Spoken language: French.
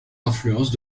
influence